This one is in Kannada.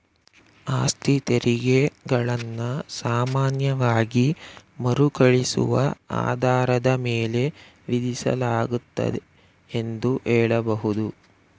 ಆಸ್ತಿತೆರಿಗೆ ಗಳನ್ನ ಸಾಮಾನ್ಯವಾಗಿ ಮರುಕಳಿಸುವ ಆಧಾರದ ಮೇಲೆ ವಿಧಿಸಲಾಗುತ್ತೆ ಎಂದು ಹೇಳಬಹುದು